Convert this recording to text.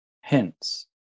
Hence